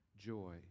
Joy